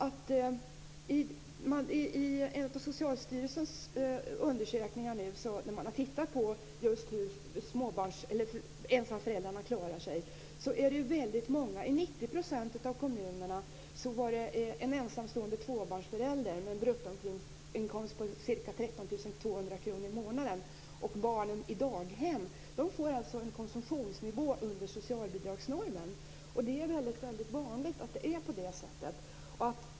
I en av Socialstyrelsens undersökningar, där man har tittat på hur ensamföräldrarna klarar sig framgår att en ensamstående tvåbarnsförälder med en bruttoinkomst på ca 13 200 kr i månaden och barnen på daghem i 90 % av kommunerna får en konsumtionsnivå som ligger under socialbidragsnormen. Detta är alltså väldigt vanligt.